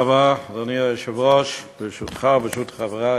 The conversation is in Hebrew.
אדוני היושב-ראש, תודה רבה, ברשותך וברשות חברי